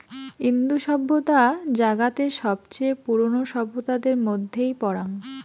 ইন্দু সভ্যতা জাগাতের সবচেয়ে পুরোনো সভ্যতাদের মধ্যেই পরাং